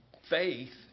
faith